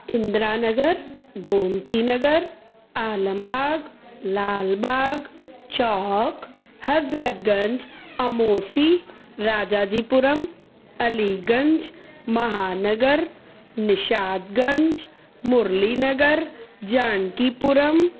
Indira Nagar Gomti Nagar Alambagh Lalbagh Chowk Hazratganj Amausi Rajajipuram Aliganj Mahanagar Nishatganj Murli Nagar Janaki Puram